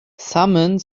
someone